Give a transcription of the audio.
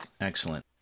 Excellent